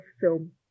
film